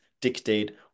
dictate